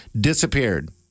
disappeared